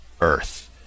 Earth